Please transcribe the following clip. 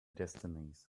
destinies